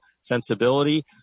sensibility